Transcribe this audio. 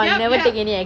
yup yup